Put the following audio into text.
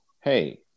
hey